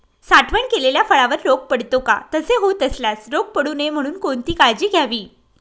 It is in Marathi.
साठवण केलेल्या फळावर रोग पडतो का? तसे होत असल्यास रोग पडू नये म्हणून कोणती काळजी घ्यावी?